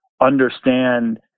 understand